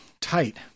tight